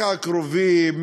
מהקרובים,